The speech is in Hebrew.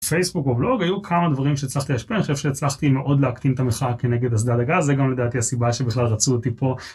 פייסבוק ובלוג היו כמה דברים שהצלחתי להשפיע, אני חושב שהצלחתי מאוד להקטין את המחאה כנגד אסדת הגז, זה גם לדעתי הסיבה שבכלל רצו אותי פה.